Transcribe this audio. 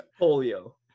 polio